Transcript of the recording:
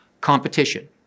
competition